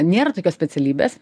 nėra tokios specialybės